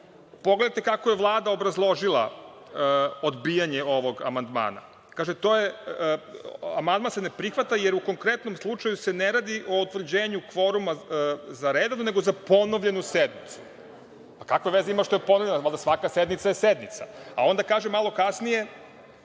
sporna. Pogledajte kako je Vlada obrazložila odbijanje ovog amandmana: „Amandman se ne prihvata jer u konkretnom slučaju se ne radi o utvrđenju kvoruma za redovnu nego za ponovljenu sednicu“. Kakve veze ima što je ponovljena, valjda je svaka sednica sednica. A onda kaže malo kasnije: